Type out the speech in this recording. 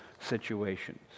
situations